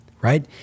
right